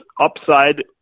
upside